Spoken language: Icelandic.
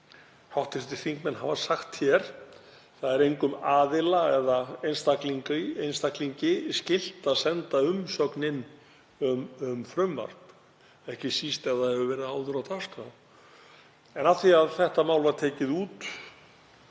sem hv. þingmenn hafa sagt að það er engum aðila eða einstaklingi skylt að senda inn umsögn um frumvarp, ekki síst ef það hefur verið áður á dagskrá. En af því að þetta mál var tekið úr